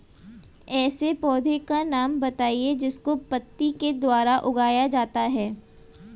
ऐसे पौधे का नाम बताइए जिसको पत्ती के द्वारा उगाया जाता है